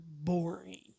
boring